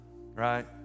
right